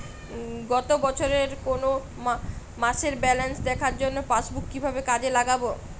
গত বছরের কোনো মাসের ব্যালেন্স দেখার জন্য পাসবুক কীভাবে কাজে লাগাব?